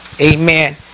Amen